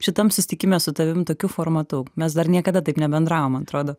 šitam susitikime su tavim tokiu formatu mes dar niekada taip nebendravom atrodo